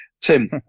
Tim